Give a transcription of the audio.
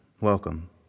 welcome